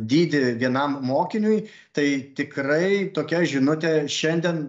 dydį vienam mokiniui tai tikrai tokia žinutė šiandien